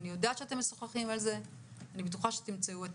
אני יודעת שאתם משוחחים על זה ואני בטוחה שאתם תמצאו את